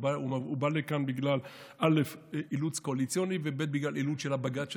הוא בא לכאן בגלל אילוץ קואליציוני ובגלל אילוץ של הבג"ץ,